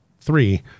three